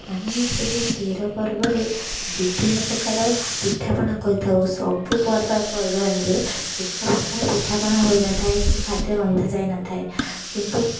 ଆମେ ସେହି ତେର ପର୍ବରେ ବିଭିନ୍ନ ପ୍ରକାର ପିଠା ପଣା କରିଥାଉ ସବୁ ପର୍ବ ପର୍ବାଣିରେ ଏକ ପ୍ରକାର ପିଠାପଣା ହୋଇନଥାଏ କି ଖାଦ୍ୟ ରନ୍ଧା ଯାଇ ନଥାଏ କିନ୍ତୁ